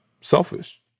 selfish